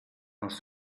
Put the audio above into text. aus